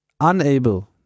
unable